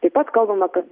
taip pat kalbama kad